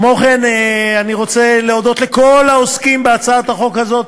כמו כן אני רוצה להודות לכל העוסקים בהצעת החוק הזאת,